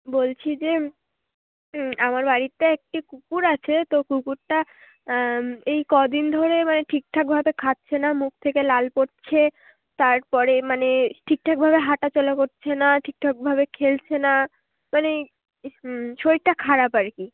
বলছি যে আমার বাড়িতে একটি কুকুর আছে তো কুকুরটা এই কদিন ধরে মানে ঠিকঠাকভাবে খাচ্ছে না মুখ থেকে লাল পড়ছে তারপরে মানে ঠিকঠাকভাবে হাঁটা চলা করছে না ঠিকঠাকভাবে খেলছে না মানে শরীরটা খারাপ আরকি